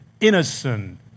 innocent